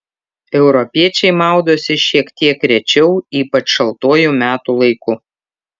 europiečiai maudosi šiek tiek rečiau ypač šaltuoju metų laiku